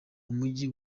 mujyi